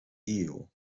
eel